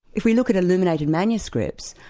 if we look at illuminated manuscripts,